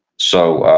so,